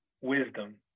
wisdom